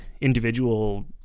individual